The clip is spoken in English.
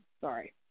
Sorry